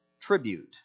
tribute